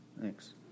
Thanks